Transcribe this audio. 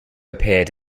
appeared